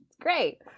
great